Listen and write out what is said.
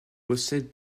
possède